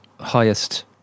highest